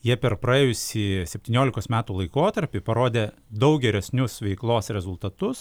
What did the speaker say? jie per praėjusį septyniolikos metų laikotarpį parodė daug geresnius veiklos rezultatus